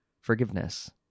forgiveness